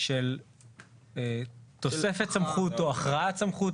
של תוספת סמכות או הכרעת סמכות.